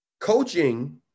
Coaching